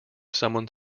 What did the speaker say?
someone